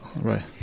right